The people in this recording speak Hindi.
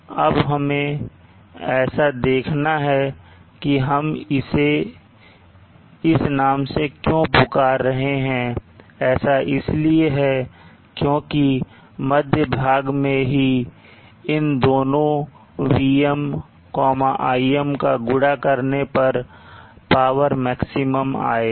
अब हमें ऐसा देखना है कि हम इसे इस नाम से क्यों पुकार रहे हैं ऐसा इसलिए है क्योंकि मध्य भाग में ही इन दोनों Vm Im का गुड़ा करने पर पावर maximum आएगा